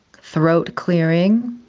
throat clearing.